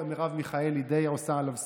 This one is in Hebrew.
מרב מיכאלי די עושה עליו סיבוב,